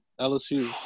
LSU